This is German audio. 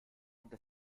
haben